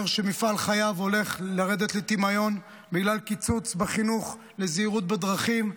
אומר שמפעל חייו הולך לרדת לטמיון בגלל קיצוץ בחינוך לזהירות בדרכים.